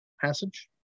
passage